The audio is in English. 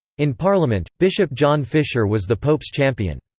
in parliament, bishop john fisher was the pope's champion.